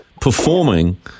performing